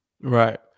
Right